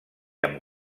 amb